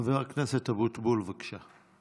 חבר הכנסת אבוטבול, בבקשה.